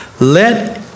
Let